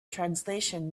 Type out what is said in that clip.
translation